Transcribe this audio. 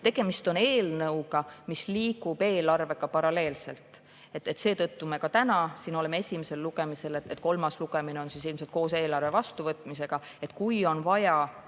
Tegemist on eelnõuga, mis liigub eelarvega paralleelselt. Seetõttu me ka täna siin oleme esimesel lugemisel. Kolmas lugemine on ilmselt koos eelarve vastuvõtmisega. Kui on vaja